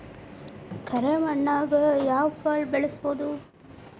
ಕರೆ ಮಣ್ಣನ್ಯಾಗ್ ಯಾವ ಕಾಳ ಬೆಳ್ಸಬೋದು?